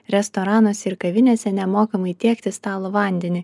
restoranuose ir kavinėse nemokamai tiekti stalo vandenį